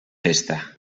festa